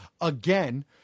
again